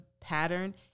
pattern